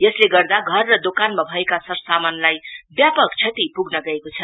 यसले गर्दा घर र दोकानमा भएको सरसामानलाई व्यापक श्रति पुग्न गएको छ